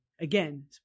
again